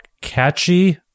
catchy